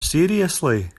seriously